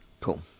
Cool